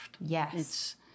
Yes